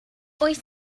wyt